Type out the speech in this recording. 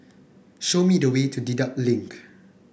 show me the way to Dedap Link